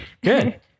Good